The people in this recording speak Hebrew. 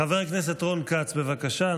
חבר הכנסת רון כץ, בבקשה.